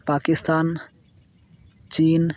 Pakistan chin